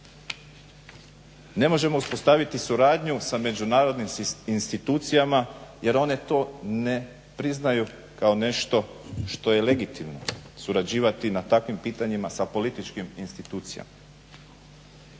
Ne možemo uspostaviti suradnju sa međunarodnim institucijama jer one to ne priznaju kao nešto što je legitimno, surađivati na takvim pitanjima sa političkim institucijama.